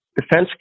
Defense